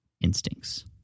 instincts